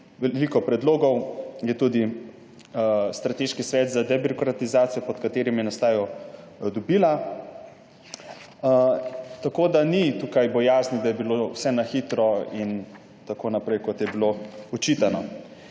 Veliko predlogov je Strateški svet za debirokratizacijo, pod katerim je nastajal, dobil. Tako da tukaj ni bojazni, da je bilo vse na hitro in tako naprej, kot je bilo očitano.